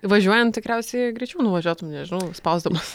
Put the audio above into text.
važiuojan tikriausiai greičiau nuvažiuotum nežinau spausdamas